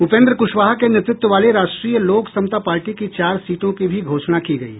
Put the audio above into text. उपेन्द्र कुशवाहा के नेतृत्व वाले राष्ट्रीय लोक समता पार्टी की चार सीटों की भी घोषणा की गयी